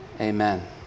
amen